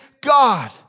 God